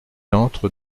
entre